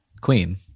Queen